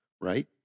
Right